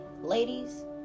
Ladies